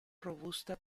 robusta